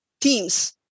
teams